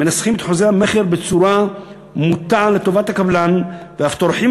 מנסחים את חוזי המכר בצורה מוטה לטובת הקבלן ואף טורחים